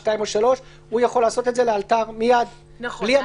(2) או (3) הוא יכול לעשות את זה לאלתר מייד בלי המלצה ובלי שום דבר.